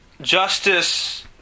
justice